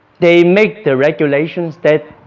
they make the regulations that